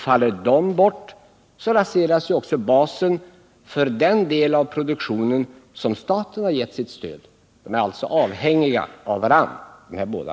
Faller dessa bort raseras också basen för den del av produktionen som staten gett sitt stöd. Dessa båda faktorer är alltså avhängiga av varandra.